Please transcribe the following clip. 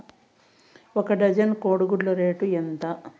ఒక డజను కోడి గుడ్ల రేటు ఎంత?